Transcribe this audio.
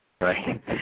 Right